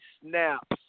snaps